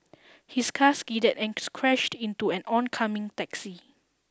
his car skidded and crashed into an oncoming taxi